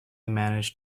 managed